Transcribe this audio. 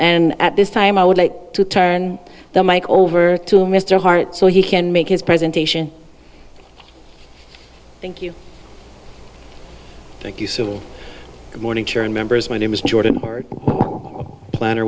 and at this time i would like to turn the mike over to mr hart so he can make his presentation thank you thank you sir good morning sharon members my name is jordan or plan